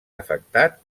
afectat